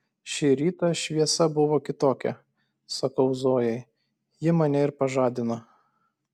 šį rytą šviesa buvo kitokia sakau zojai ji mane ir pažadino